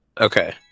Okay